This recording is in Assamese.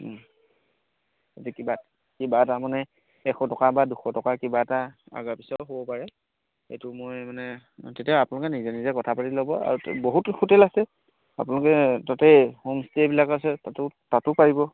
যদি কিবা কিবা এটা মানে এশ টকা বা দুশ টকা কিবা এটা আগা পিছাও হ'ব পাৰে সেইটো মই মানে তেতিয়া আপোনালোকে নিজে নিজে কথা পাতি ল'ব আৰু বহুতো হোটেল আছে আপোনালোকে তাতে হোম ষ্টেবিলাক আছে তাতো তাতো পাৰিব